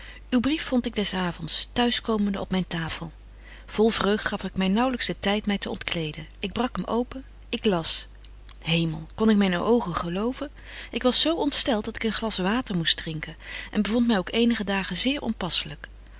uw brief vond ik des avonds thuis komende op myn tafel vol vreugd gaf ik my naaulyks den tyd my te ontkleden ik brak hem open ik las hemel kon ik myne oogen geloven ik was zo ontstelt dat ik een glas water moest drinken en bevond my ook eenige dagen zeer